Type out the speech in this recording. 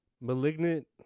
Malignant